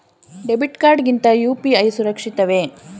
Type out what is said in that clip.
Debit card ಗಿಂತ UPI ಸುರಕ್ಷಿತವೇ?